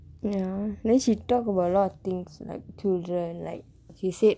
ya then she talk about a lot of things like children like he said